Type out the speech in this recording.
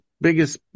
biggest